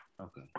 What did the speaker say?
Okay